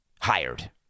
hired